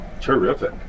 Terrific